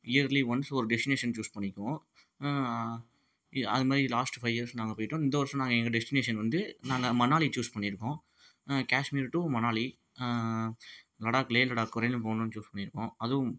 yearly once ஒரு destination choose பண்ணிக்குவோம் இது அது மாதிரி லாஸ்ட்டு ஃபைவ் இயர்ஸ் நாங்கள் போயிட்டோம் இந்த வருஷம் நாங்கள் எங்கள் டெஸ்டினேஷன் வந்து நாங்கள் மணாலி சூஸ் பண்ணியிருக்கோம் கேஷ்மீர் டூ மணாலி லடாக் லே லடாக் வரையிலும் போகணுன்னு சூஸ் பண்ணியிருக்கோம் அதுவும்